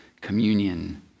communion